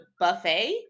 buffet